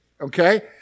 okay